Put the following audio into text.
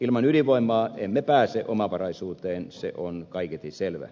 ilman ydinvoimaa emme pääse omavaraisuuteen se on kaiketi selvä